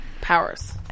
powers